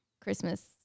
Christmas